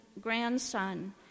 grandson